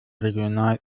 regional